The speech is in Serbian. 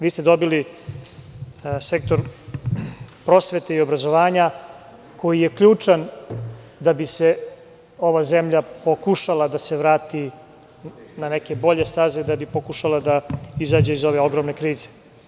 Vi ste dobili sektor prosvete i obrazovanja koji je ključan da bi se ova zemlja pokušala da se vrati na neke bolje staze da bi pokušala da izađe iz ove ogromne krize.